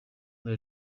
del